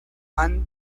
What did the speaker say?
and